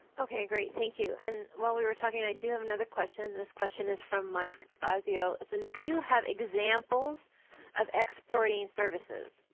okay, great, thank you. and while we were talking, i do have another question. this question is from mike fazio. and do you have examples of exporting services?